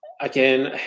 again